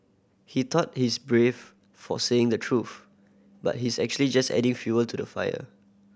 he thought he's brave for saying the truth but he's actually just adding fuel to the fire